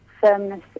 firmness